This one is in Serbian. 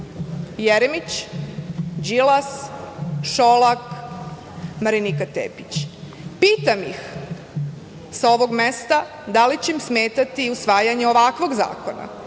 Jeremić, Đilas, Šolak, Marinika Tepić i pitam ih sa ovog mesta da li će im smetati usvajanje ovakvog zakona,